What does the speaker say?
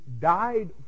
died